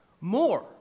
more